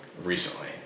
recently